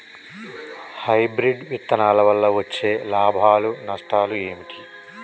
Hybrid విత్తనాల వల్ల వచ్చే లాభాలు నష్టాలు ఏమిటి?